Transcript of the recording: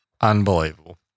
Unbelievable